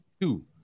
two